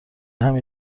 همین